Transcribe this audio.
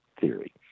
theory